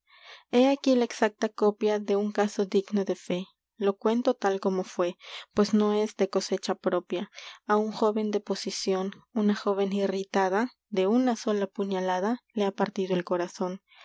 é aquí la exacta copia wr de un caso digno de fe fué lo cuento tal pues no es como de cosecha propia á una un joven de posición joven irritada sola de una puñalada le ha partido el corazón